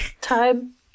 time